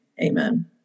Amen